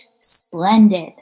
splendid